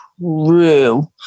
true